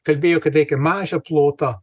kalbėjo kad reikia mažą plotą